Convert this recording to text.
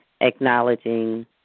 acknowledging